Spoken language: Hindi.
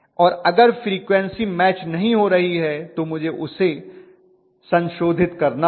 और अगर फ्रीक्वन्सी मैच नहीं हो रही है तो मुझे उसे संशोधित करना होगा